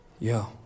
Yo